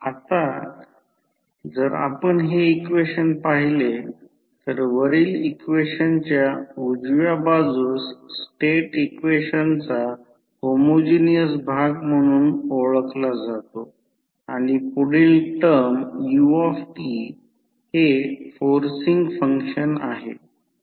आता जर आपण हे इक्वेशन पाहिले तर वरील इक्वेशनच्या उजव्या बाजूस स्टेट इक्वेशनचा होमोजिनियस भाग म्हणून ओळखला जातो आणि पुढील टर्म ut हे फोर्सिन्ग फंक्शन आहे